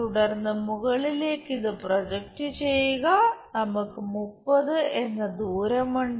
തുടർന്ന് മുകളിലേക്ക് ഇത് പ്രൊജക്റ്റ് ചെയ്യുക നമുക്ക് 30 എന്ന ദൂരം ഉണ്ട്